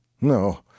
No